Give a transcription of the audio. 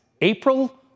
april